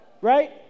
right